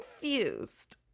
confused